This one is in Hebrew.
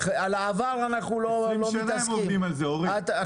20 שנה הם עובדים על זה, אורית.